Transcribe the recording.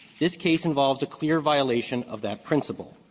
this case involves a clear violation of that principle.